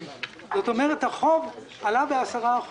כלומר החוב עלה ב-10%.